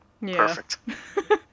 Perfect